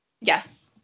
Yes